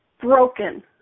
broken